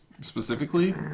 specifically